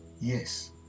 yes